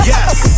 Yes